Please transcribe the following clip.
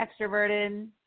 extroverted